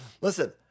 Listen